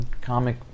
comic